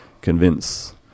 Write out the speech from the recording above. convince